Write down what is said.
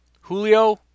Julio